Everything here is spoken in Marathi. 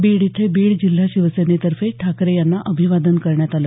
बीड इथे बीड जिल्हा शिवसेनेतर्फे ठाकरे यांना अभिवादन करण्यात आलं